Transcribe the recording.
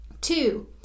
Two